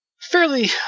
fairly